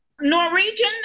Norwegian